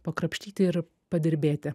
pakrapštyti ir padirbėti